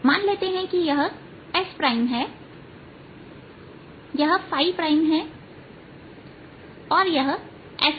मान लेते हैं कि यह s प्राइम है यह प्राइम है और यह s है